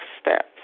steps